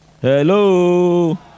Hello